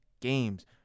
games